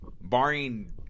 barring